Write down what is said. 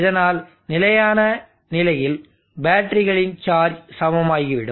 இதனால் நிலையான நிலையில் பேட்டரிகளின் சார்ஜ் சமமாகிவிடும்